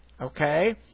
okay